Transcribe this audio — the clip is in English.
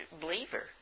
believer